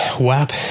WAP